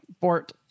Bort